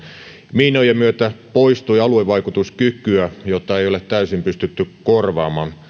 miinojen myötä poistui aluevaikutuskykyä jota ei ole täysin pystytty korvaamaan